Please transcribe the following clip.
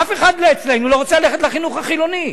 אף אחד מאצלנו לא רוצה ללכת לחינוך החילוני.